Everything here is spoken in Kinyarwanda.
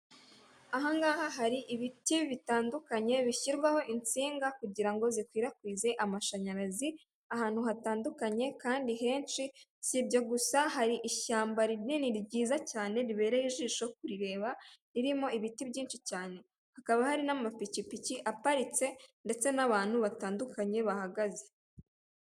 Aha ngaha hari ibiti bitandukanye bishyirwaho insinga kugira ngo zikwirakwize amashanyarazi ahantu hatandukanye kandi henshi, si ibyo gusa hari ishyamba rinini ryiza cyane ribereye ijisho kurireba ririmo ibiti byinshi cyane, hakaba hari n'amapikipiki aparitse ndetse n'abantu batandukanye bahagaze.